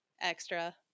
extra